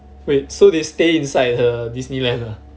wait so they stay inside the disneyland ah